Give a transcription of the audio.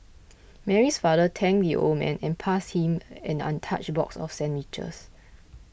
Mary's father thanked the old man and passed him an untouched box of sandwiches